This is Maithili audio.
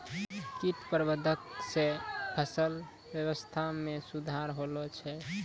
कीट प्रबंधक से फसल वेवस्था मे सुधार होलो छै